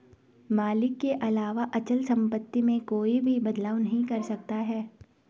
मालिक के अलावा अचल सम्पत्ति में कोई भी बदलाव नहीं कर सकता है